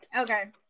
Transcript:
okay